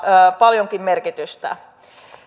paljonkin merkitystä